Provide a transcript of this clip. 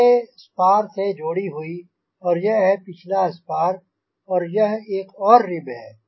पिछले स्पार से जोड़ी हुई और यह है पिछला स्पार और यह एक और रिब है